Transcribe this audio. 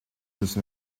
müssen